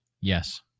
Yes